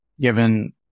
given